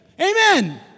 Amen